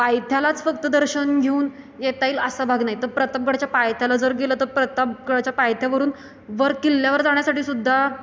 पायथ्यालाच फक्त दर्शन घेऊन येता येईल असा भाग नाही तर प्रतापगडाच्या पायथ्याला जर गेलं तर प्रतापगडाच्या पायथ्यावरून वर किल्ल्यावर जाण्यासाठी सुद्धा